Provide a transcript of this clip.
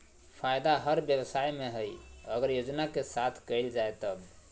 फायदा हर व्यवसाय में हइ अगर योजना के साथ कइल जाय तब